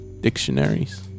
dictionaries